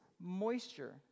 moisture